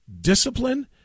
discipline